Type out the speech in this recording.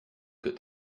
could